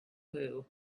blue